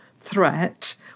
threat